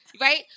Right